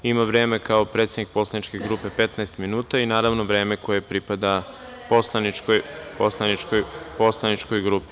Ima vreme kao predsednik poslaničke grupe 15 minuta i, naravno, vreme koje pripada poslaničkoj grupi.